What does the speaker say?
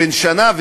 בן שנה,